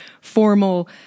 formal